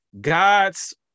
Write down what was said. God's